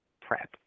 PrEP